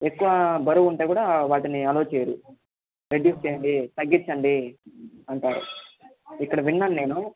ఎక్కువ బరువు ఉంటే కూడా వాటిని అల్లౌ చేయ్యరు తగ్గించండి తగ్గించండి అంటారు ఇక్కడ విన్నాను నేను